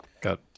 got